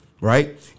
right